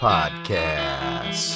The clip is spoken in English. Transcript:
Podcast